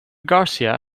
garcia